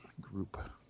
group